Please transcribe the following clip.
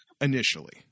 initially